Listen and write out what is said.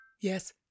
Yes